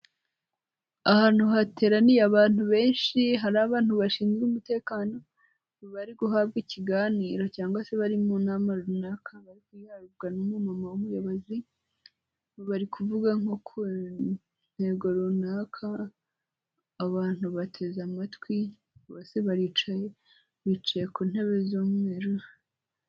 Ahantu hateraniye abantu benshi, hari abantu bashinzwe umutekano, bari guhabwa ikiganiro cyangwa se bari mu nama runaka, bari kugihabwa n'umumama w'umuyobozi, bari kuvuga nko ku ntego runaka, abantu bateze amatwi bose baricaye bicaye ku ntebe z'umweru.